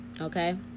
okay